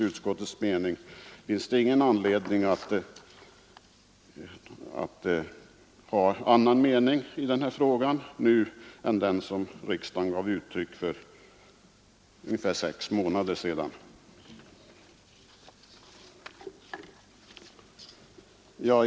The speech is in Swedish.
Utskottet finner ingen anledning ha annan mening i denna fråga nu än den som riksdagen gav uttryck för för ungefär sex månader sedan.